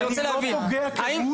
אני לא פוגע כהוא זה.